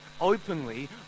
Openly